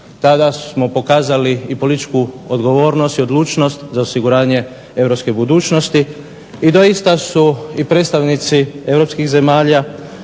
Tada smo pokazali i političku odgovornost i odlučnost za osiguranje europske budućnosti i doista su i predstavnici europskih zemalja